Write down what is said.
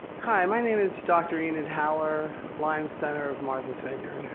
hi. my name is dr. enid haller, lyme center of martha's vineyard.